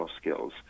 skills